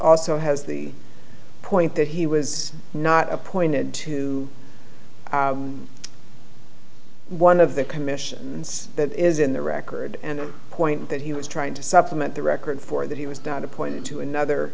also has the point that he was not a pointed to one of the commissions that is in the record and point that he was trying to supplement the record for that he was down to point to another